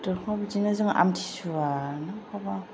दरखंआव बिदिनो जों आमथिसुवा बिदिनो